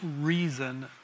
reason